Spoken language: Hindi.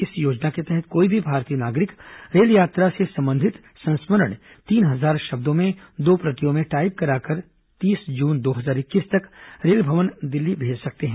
इस योजना के तहत कोई भी भारतीय नागरिक रेल संबंधित संस्मरण तीन हजार शब्दों में दो प्रतियों में टाईप कराकर तीस जून दो हजार इक्कीस यात्रा से तक रेल भवन दिल्ली भेज सकते हैं